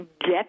get